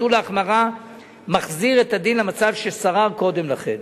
ביטול ההחמרה מחזיר את הדין למצב ששרר קודם לכן.